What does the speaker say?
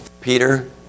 Peter